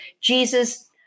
Jesus